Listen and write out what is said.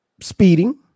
speeding